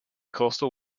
coastal